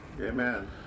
Amen